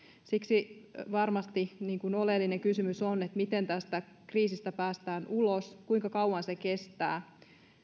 siksi varmasti oleellinen kysymys on miten tästä kriisistä päästään ulos kuinka kauan se kestää